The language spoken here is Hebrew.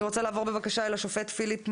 אני רוצה לעבור לשופט פיליפ מרכוס,